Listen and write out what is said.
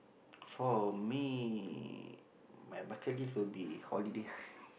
for me my bucket list would be holiday ah